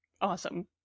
Awesome